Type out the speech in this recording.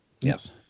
Yes